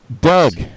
Doug